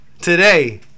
Today